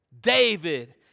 David